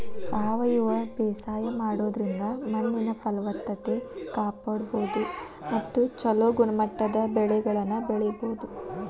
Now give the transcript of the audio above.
ಸಾವಯವ ಬೇಸಾಯ ಮಾಡೋದ್ರಿಂದ ಮಣ್ಣಿನ ಫಲವತ್ತತೆ ಕಾಪಾಡ್ಕೋಬೋದು ಮತ್ತ ಚೊಲೋ ಗುಣಮಟ್ಟದ ಬೆಳೆಗಳನ್ನ ಬೆಳಿಬೊದು